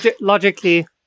logically